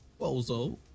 bozo